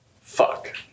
fuck